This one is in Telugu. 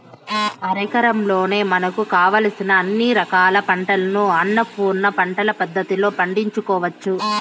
అరెకరంలోనే మనకు కావలసిన అన్ని రకాల పంటలను అన్నపూర్ణ పంటల పద్ధతిలో పండించుకోవచ్చు